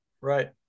right